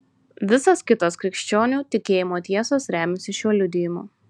visos kitos krikščionių tikėjimo tiesos remiasi šiuo liudijimu